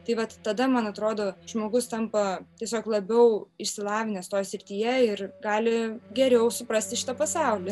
tai vat tada man atrodo žmogus tampa tiesiog labiau išsilavinęs toj srityje ir gali geriau suprasti šitą pasaulį